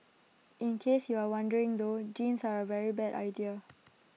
in case you are wondering though jeans are A very bad idea